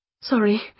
Sorry